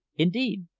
indeed,